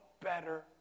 better